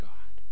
God